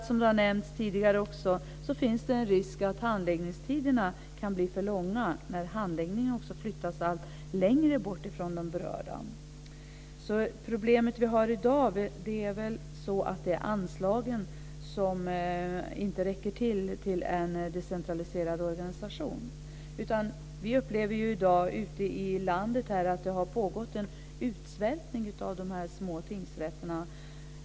Som har nämnts tidigare finns det en risk för att handläggningstiderna kan bli för långa när handläggningen flyttas allt längre bort ifrån de berörda. Det problem vi har i dag är väl att anslagen inte räcker till för en decentraliserad organisation. I dag upplever vi ute i landet att det har pågått en utsvältning av de små tingsrätterna.